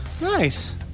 Nice